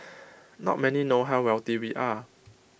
not many know how wealthy we are